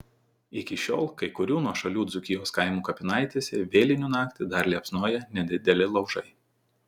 iki šiol kai kurių nuošalių dzūkijos kaimų kapinaitėse vėlinių naktį dar liepsnoja nedideli laužai